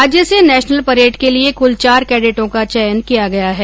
राज्य से national parade के लिए कुल चार कैडेटों का चयन किया गया है